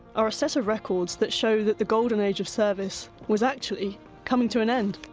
are a set of records that show that the golden age of service was actually coming to an end.